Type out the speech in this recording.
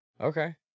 Okay